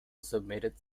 submitted